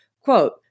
quote